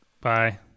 Bye